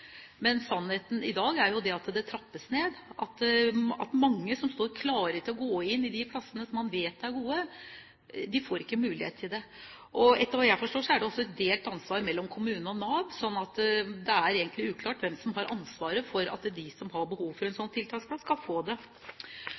Men sannheten i dag er jo at det trappes ned, og at mange som står klare til å gå inn i de plassene som man vet er gode, ikke får mulighet til det. Etter hva jeg forstår, er det også et delt ansvar mellom kommune og Nav. Så det er egentlig uklart hvem som har ansvaret for at de som har behov for en slik tiltaksplass, skal få det.